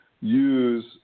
use